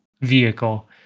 vehicle